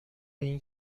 این